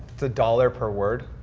it's a dollar per word.